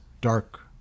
dark